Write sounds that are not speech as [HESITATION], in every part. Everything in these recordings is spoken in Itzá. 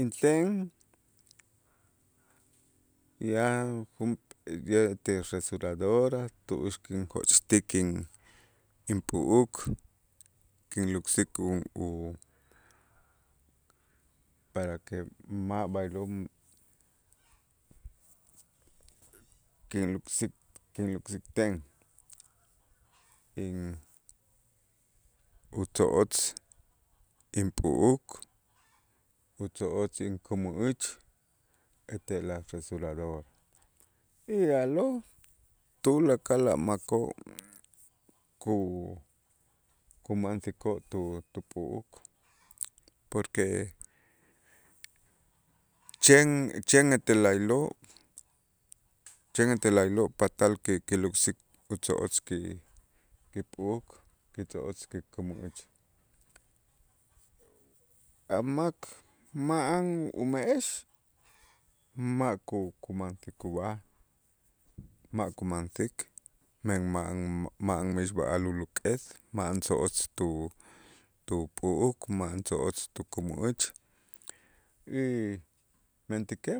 Inten yan [UNINTELLIGIBLE] ete rasuradora tu'ux kinjochtik in- inp'u'uk kinluk'sik u- u para que ma' b'aylo' kinluk'sik- kinluk'sikten in utzo'otz inp'u'uk utzo'otz inkämä'äch etel a' rasuradora y a'lo' tulakal a' makoo' ku- kumansikoo' tup'u'uk porque chen, chen etel laylo' chen etel laylo' patal ki- kiluk'sik utzo'otz ki- kip'u'uk kitzo'otz kikämä'äch, a' mak ma'an ume'ex, ma' ku- kumansik ub'aj, ma' kumansik men ma'an mixb'a'al uluk'es ma'an tzo'otz tu- tup'u'uk ma'an tzo'otz tukämä'äch y mentäkej,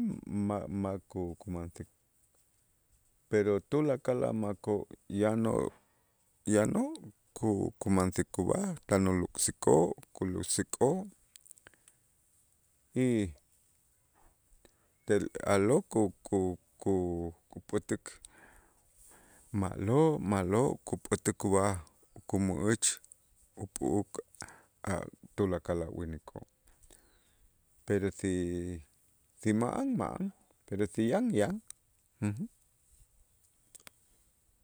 ma'-ma' ku- kumansik, pero tulakal a' makoo' ya no ya no ku- kumansik kub'aj tan uluk'sikoo' kuluk'sikoo' y tel a'lo' ku- ku- kupät'äk ma'lo', ma'lo' kupät'äk ub'aj kämä'äch up'u'uk a' tulakal a' winikoo', pero si si ma'an, ma'an, pero si yan, yan. [HESITATION]